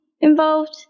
involved